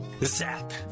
Zap